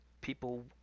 people